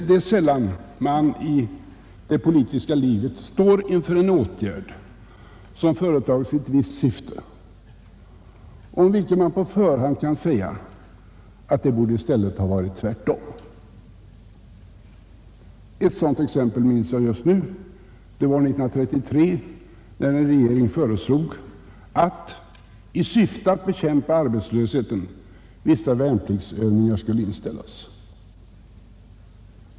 Det är sällan man i det politiska livet står inför en åtgärd som har företagits i ett visst syfte och om vilken man på förhand kan säga att det i stället borde ha varit tvärtom. Jag minns ett sådant exempel från 1933. Då föreslog regeringen att vissa värnpliktsövningar skulle inställas i syfte att bekämpa arbetslösheten.